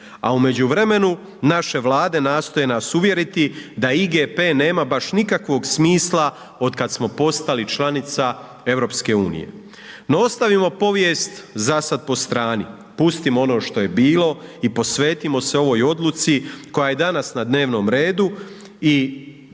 a u međuvremenu naše vlade nastoje nas uvjeriti da IGP-e nema baš nikakvog smisla od kada smo postali članica Europske unije. No ostavimo povijest za sada po strani. Pustimo ono što je bilo i posvetimo se ovoj odluci koja je danas na dnevnom redu i